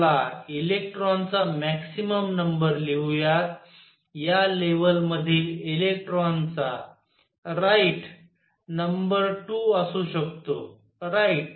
तर चला इलेक्ट्रॉन चा मॅक्सिमम नंबर लिहुयात या लेवल मधील इलेक्ट्रॉनचा राईट नंबर 2 असू शकतो राईट